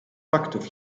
faktów